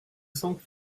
sans